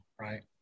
right